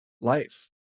life